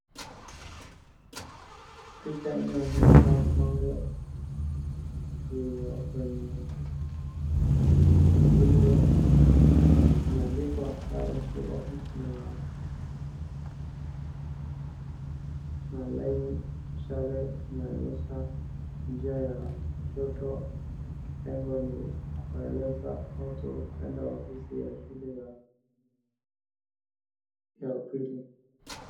Picha inayoonyesha bango lililo kwenye nguzo imeandikwa, HIGH SCHOOL OFFICE . na laini, mshale inaonyesha njia ya kushoto. Lengo ni kueleza watu kuenda ofisi ya shule ya upili.